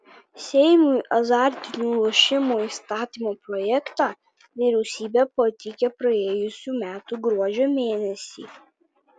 seimui azartinių lošimų įstatymo projektą vyriausybė pateikė praėjusių metų gruodžio mėnesį